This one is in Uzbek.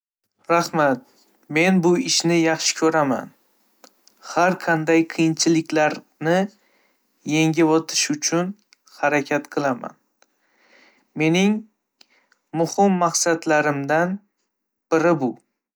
Rahmat, men bu ishni yaxshi ko'raman. Har qanday qiyinchiliklarni yengib o'tish uchun harakat qilaman. Mening muhim maqsadlarimdan biri bu.